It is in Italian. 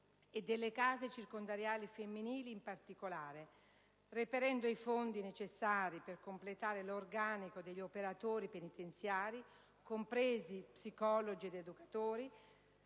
e delle case circondariali femminili in particolare, reperendo i fondi necessari per completare l'organico degli operatori penitenziari, compresi psicologi ed educatori,